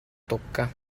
tocca